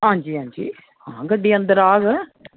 हां जी हां जी गड्डी अंदर आग